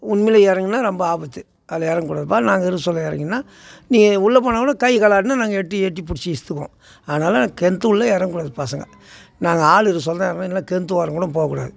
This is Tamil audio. உண்மையில் இறங்குனா ரொம்ப ஆபத்து அதில் இறங்கக்கூடாதுப்பா நடு சுழல்ல இறங்கினா நீ உள்ளே போனாக்கூட கை காலை ஆட்டினா நாங்கள் எட்டி எட்டி பிடிச்சி இழுத்துக்குவோம் அதனால கிணத்துகுள்ள இறங்கக்கூடாது பசங்கள் நாங்கள் ஆள் இது சொன்னால் தான் இறங்கணும் இல்லைனா கிணத்து ஓரங்கூட போகக்கூடாது